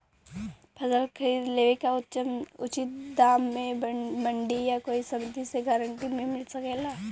फसल खरीद लेवे क उचित दाम में मंडी या कोई समिति से गारंटी भी मिल सकेला?